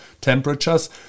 temperatures